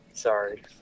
Sorry